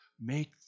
make